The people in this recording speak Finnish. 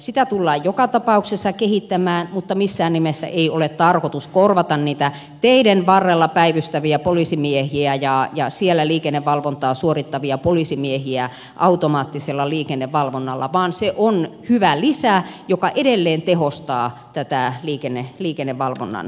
sitä tullaan joka tapauksessa kehittämään mutta missään nimessä ei ole tarkoitus korvata niitä teiden varrella päivystäviä poliisimiehiä ja siellä liikennevalvontaa suorittavia poliisimiehiä automaattisella liikennevalvonnalla vaan se on hyvä lisä joka edelleen tehostaa tätä liikennevalvonnan toteuttamista